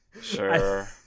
Sure